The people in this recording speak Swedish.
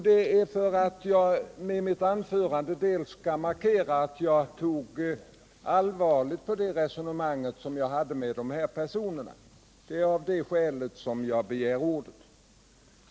Det är för att markera att jag tog allvarligt på det resonemang som jag hade med dessa representanter som jag har begärt ordet.